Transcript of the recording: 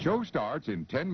joe starts in ten